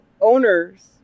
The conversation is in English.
owners